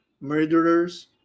murderers